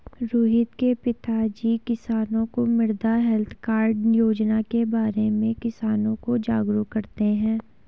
रोहित के पिताजी किसानों को मृदा हैल्थ कार्ड योजना के बारे में किसानों को जागरूक करते हैं